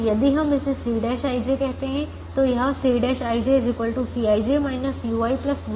यदि हम इसे Cꞌij कहते हैं तो यह Cꞌij Cij ui vj